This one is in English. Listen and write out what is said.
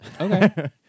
Okay